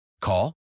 Call